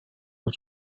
was